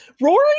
Rory